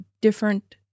different